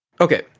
Okay